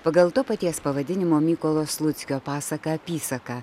pagal to paties pavadinimo mykolo sluckio pasaką apysaką